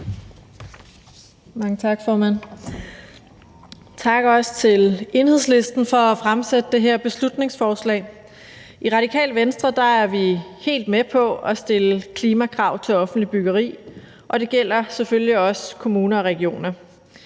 tak til Enhedslisten for at fremsætte det her beslutningsforslag. I Radikale Venstre er vi helt med på at stille klimakrav til offentligt byggeri, og det gælder selvfølgelig også for kommuner og regioner.